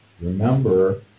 Remember